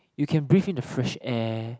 you can breath in the fresh air